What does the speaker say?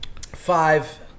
five